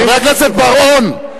חבר הכנסת בר-און.